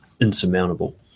insurmountable